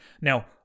Now